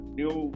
new